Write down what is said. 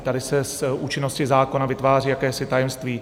Tady se z účinnosti zákona vytváří jakési tajemství.